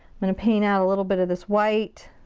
i'm gonna paint out a little bit of this white.